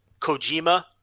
Kojima